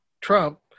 Trump